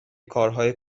کارهای